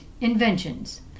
inventions